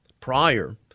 prior